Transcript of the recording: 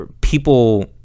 people